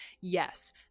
Yes